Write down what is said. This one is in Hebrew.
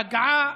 פגעה